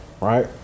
right